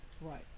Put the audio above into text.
Right